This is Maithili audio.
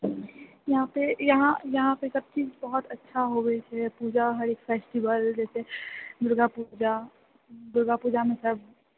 यहाँ पे यहाँ यहाँ पे सबचीज बहुत अच्छा होवे छै पूजा हर फेस्टिवल जे छै दुर्गापूजा दुर्गापूजामे सब